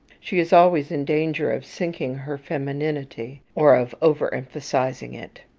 she is always in danger of sinking her femininity, or of overemphasizing it.